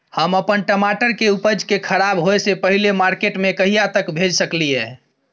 हम अपन टमाटर के उपज के खराब होय से पहिले मार्केट में कहिया तक भेज सकलिए?